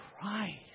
Christ